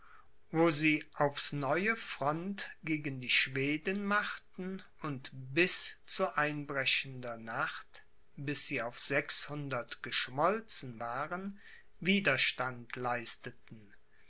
wo sie aufs neue front gegen die schweden machten und bis zu einbrechender nacht bis sie auf sechshundert geschmolzen waren widerstand leisteten